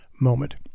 moment